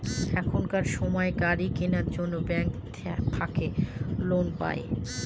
এখনকার সময় গাড়ি কেনার জন্য ব্যাঙ্ক থাকে লোন পাই